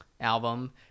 album